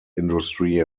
industry